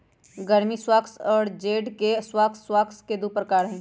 गर्मी स्क्वाश और जेड के स्क्वाश स्क्वाश के दु प्रकार हई